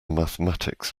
mathematics